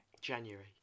January